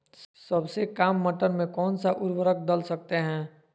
सबसे काम मटर में कौन सा ऊर्वरक दल सकते हैं?